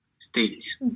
states